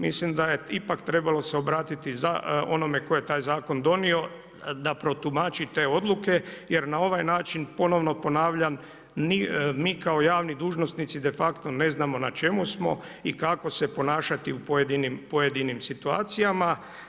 Mislim da je ipak trebalo se obratiti onome tko je taj zakon donio da protumači te odluke jer na ovaj način, ponovno ponavljam mi kao javni dužnosnici de facto ne znamo na čemu smo i kako se ponašati u pojedinim situacijama.